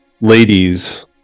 ladies